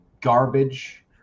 garbage